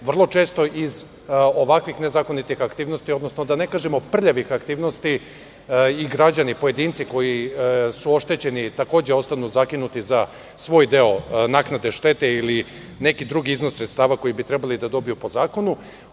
Vrlo često iz ovakvih nezakonitih aktivnosti, odnosno da ne kažemo prljavih aktivnosti i građani i pojedinci koji su oštećeni, takođe ostanu zakinuti za svoj deo naknade štete, ili neki drugi iznos sredstava koji bi trebali da dobiju po zakonu.